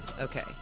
okay